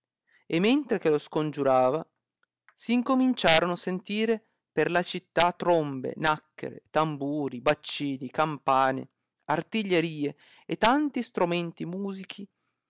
e mentre che lo scongiurava si incominciorono sentire per la città trombe nacchere tamburi baccini campane artigliarle e tanti stromenti musichi